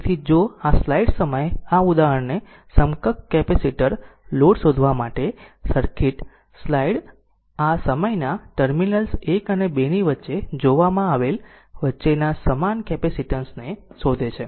તેથી જો સ્લાઈડ સમય આ ઉદાહરણને સમકક્ષ કેપેસિટર લોડ શોધવા માટે સર્કિટ સાઇડ સમયના ટર્મિનલ્સ 1 અને 2 ની વચ્ચે જોવામાં આવેલ વચ્ચેના સમાન કેપેસીટન્સ ને શોધે છે